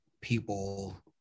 people